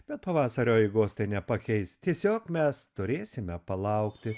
bet pavasario eigos tai nepakeis tiesiog mes turėsime palaukti